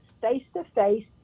face-to-face